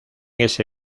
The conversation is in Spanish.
ese